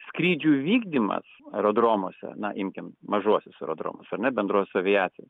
skrydžių vykdymas aerodromuose na imkim mažuosius aerodromus ar ne bendros aviacijos